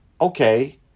okay